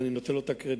ואני נותן לו את הקרדיט.